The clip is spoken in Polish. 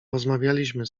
rozmawialiśmy